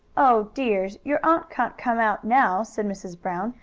oh, dears, your aunt can't come out now, said mrs. brown.